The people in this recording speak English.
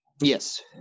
Yes